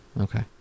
Okay